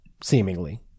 seemingly